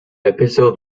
episode